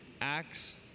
Acts